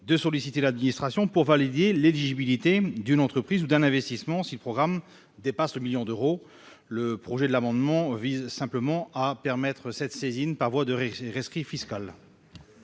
de solliciter l'administration pour valider l'éligibilité d'une entreprise ou d'un investissement si le programme ne dépasse pas ce seuil. L'amendement vise simplement à permettre cette saisine par voie de rescrit fiscal.